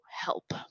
help